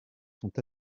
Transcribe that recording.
sont